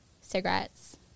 cigarettes